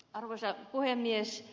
arvoisa puhemies